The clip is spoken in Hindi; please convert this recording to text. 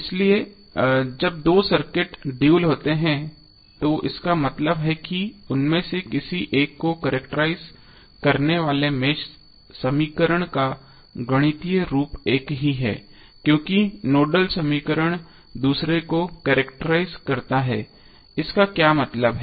इसलिए जब दो सर्किट ड्यूल होते हैं तो इसका मतलब है कि उनमें से किसी एक को कॅरक्टराइज़ करने वाले मेष समीकरण का गणितीय रूप एक ही है क्योंकि नोडल समीकरण दूसरे को कॅरक्टराइज़ करता है इसका क्या मतलब है